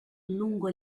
lungo